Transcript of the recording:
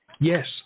Yes